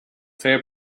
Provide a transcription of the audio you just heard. fair